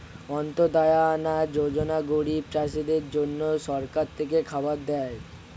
অন্ত্যদায়া আনা যোজনা গরিব চাষীদের জন্য সরকার থেকে খাবার দেয়